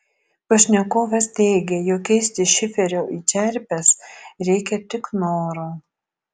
pašnekovas teigia jog keisti šiferio į čerpes reikia tik noro